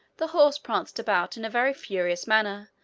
the horse pranced about in a very furious manner,